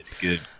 Good